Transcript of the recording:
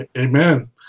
Amen